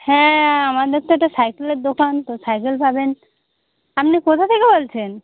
হ্যাঁ আমাদের তো এটা সাইকেলের দোকান তো সাইকেল পাবেন আপনি কোথা থেকে বলছেন